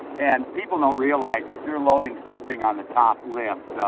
and people don't realize if you're loading something on the top lift,